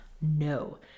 No